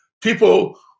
people